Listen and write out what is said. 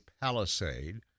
Palisade